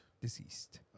Deceased